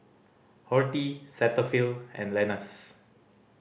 Horti Cetaphil and Lenas